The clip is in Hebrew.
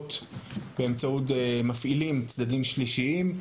מסגרות באמצעות מפעילים, צדדים שלישיים.